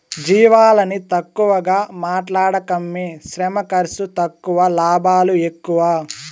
జీవాలని తక్కువగా మాట్లాడకమ్మీ శ్రమ ఖర్సు తక్కువ లాభాలు ఎక్కువ